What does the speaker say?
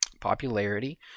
popularity